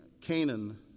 Canaan